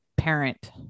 Parent